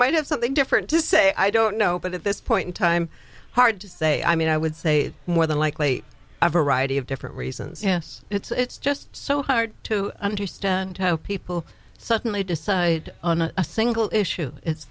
might have something different to say i don't know but at this point in time hard to say i mean i would say more than likely a variety of different reasons yes it's just so hard to understand how people suddenly decide on a single issue it's